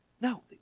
No